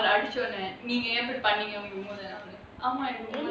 அடிச்ச உடனே நீங்க போய் ஏன் பண்ணீங்கனு:adicha udanae neenga poi yaen pannenganu